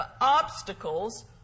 obstacles